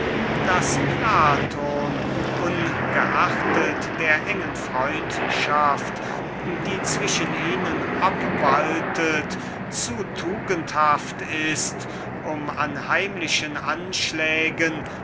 daß platon ungeachtet der engen freundschaft die zwischen ihnen obwaltet zu tugendhaft ist um an heimlichen anschlägen